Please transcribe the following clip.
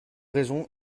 raison